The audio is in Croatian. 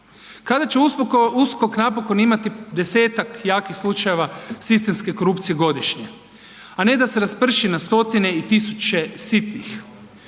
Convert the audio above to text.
Kada će USKOK napokon imati desetak jakih slučajeva sistemske korupcije godišnje, a ne da se rasprši na stotine i tisuće sitnih?